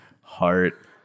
heart